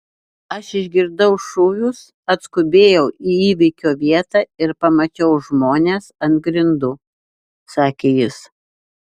aš išgirdau šūvius atskubėjau į įvykio vietą ir pamačiau žmones ant grindų sakė jis